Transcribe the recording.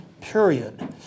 Period